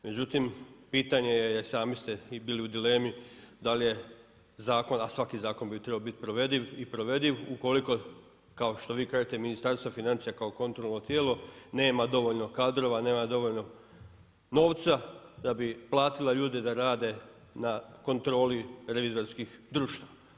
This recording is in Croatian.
Međutim, pitanje je i sami ste bili u dilemi da li je zakon, a svaki zakon bi trebao biti provediv ukoliko kao što vi kažete Ministarstvo financija kao kontrolno tijelo nema dovoljno kadrova, nema dovoljno novca da bi platila ljude da rade na kontroli revizorskih društava.